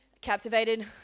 captivated